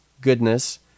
goodness